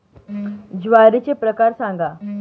ज्वारीचे प्रकार सांगा